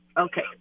Okay